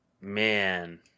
Man